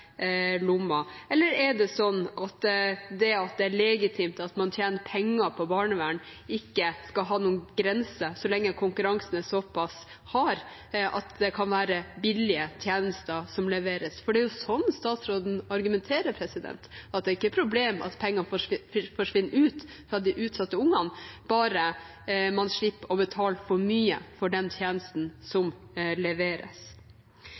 lommer. Eller er det sånn at det at det er legitimt at man tjener penger på barnevern, ikke skal ha noen grense så lenge konkurransen er såpass hard at det kan være billige tjenester som leveres? For det er jo sånn statsråden argumenterer, at det ikke er et problem at pengene forsvinner ut fra de utsatte ungene, bare man slipper å betale for mye for den tjenesten som leveres.